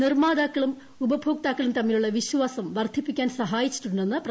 നിർമ്മാതാക്കളും ഉപഭോക്താക്കളും തമ്മിലുള്ള വിശ്വാസം വർധിപ്പിക്കാൻ സഹായിച്ചിട്ടു്ണ്ടെന്ന് പ്രധാനമന്ത്രി